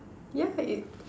yeah it